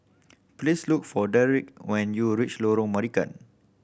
please look for Derek when you reach Lorong Marican